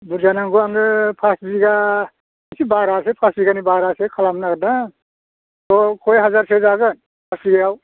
बुरजा नांगौ आंनो फास बिगा एसे बारासो फास बिगानि बारासो खालामनो नागेरदों औ खय हाजारसो जागोन फास बिगायाव